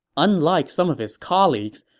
unlike some of his colleagues,